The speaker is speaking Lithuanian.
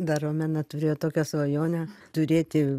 dar romena turėjo tokią svajonę turėti